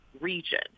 region